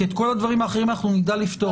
כי את כל הדברים האחרים אנחנו נדע לפתור.